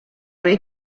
rei